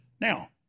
Now